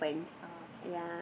okay